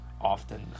Often